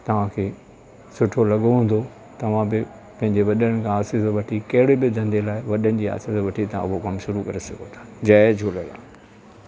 तव्हांखे सुठो लॻो हूंदो तव्हां बि पंहिंजे वॾनि खां आसीस वठी कहिड़े बि धंधे लाइ वॾनि जी असीस वठी तव्हां उहो कमु शुरू करे सघो था जय झूलेलाल